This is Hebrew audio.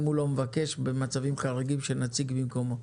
אם הוא לא מבקש במצבים כרגיל שנציג במקומו.